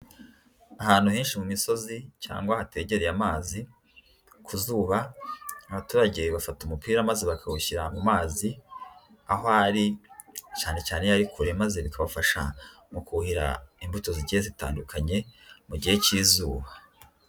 Ahantu henshi mu misozi cyangwa hategereye amazi, ku zuba abaturage bafata umupira maze bakawushyira mu mazi, aho ari cyane cyane iyo ari kure maze bikabafasha mu kuhira imbuto zigiye zitandukanye mu gihe cy'izuba.